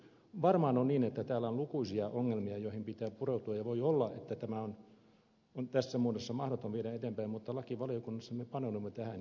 varmaan on niin että täällä on lukuisia ongelmia joihin pitää pureutua ja voi olla että tämä on tässä muodossa mahdoton viedä eteenpäin mutta lakivaliokunnassa me paneudumme tähän